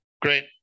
Great